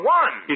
one